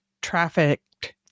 trafficked